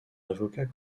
avocat